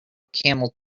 camel